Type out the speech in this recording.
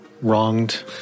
Wronged